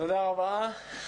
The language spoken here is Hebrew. תודה רבה.